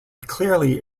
clearly